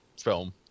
film